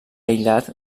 aïllat